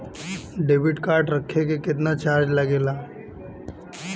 Debit card रखे के केतना चार्ज लगेला?